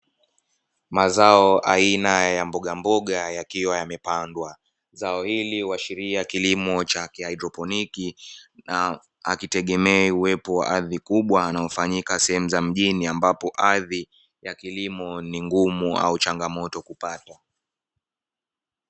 Mazao aina ya mboga mboga yakiwa yamepandwa, zao hili huashiria kilimo cha kihydroponiki na akitegemea uwepo wa ardhi kubwa na hufanyika sehemu za mjini ambapo ardhi ya kilimo ni ngumu au changamoto kupata.